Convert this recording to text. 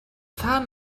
fahren